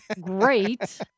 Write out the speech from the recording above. Great